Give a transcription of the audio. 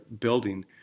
building